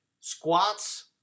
Squats